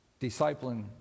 discipling